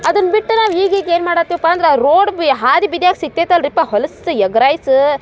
ಅದನ್ನು ಬಿಟ್ಟು ನಾವು ಈಗ ಈಗ ಏನು ಮಾಡುತ್ತೀವ್ ಪಾ ಅಂದ್ರೆ ರೋಡ್ ಬಿ ಹಾದಿ ಬೀದ್ಯಾಗೆ ಸಿಕ್ತೈತೆ ಅಲ್ಲ ರೀ ಪ ಹೊಲಸು ಎಗ್ರೈಸು